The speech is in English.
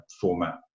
format